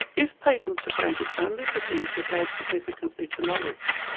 if patents are granted only for things that add significantly to knowledge,